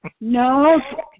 No